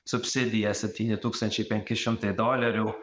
subsidija septyni tūkstančiai penki šimtai dolerių